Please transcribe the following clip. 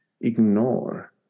ignore